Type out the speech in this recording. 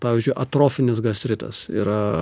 pavyzdžiui atrofinis gastritas yra